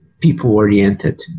people-oriented